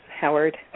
Howard